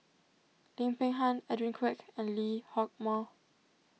Lim Peng Han Edwin Koek and Lee Hock Moh